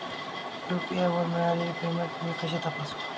UPI वर मिळालेले payment मी कसे तपासू?